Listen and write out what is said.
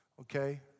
okay